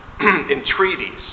entreaties